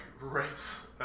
race